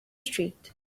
street